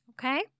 Okay